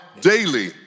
daily